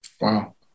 Wow